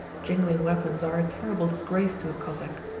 jingling weapons are a terrible disgrace to a cossack.